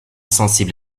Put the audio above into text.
sensible